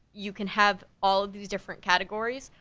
you can have all these different categories,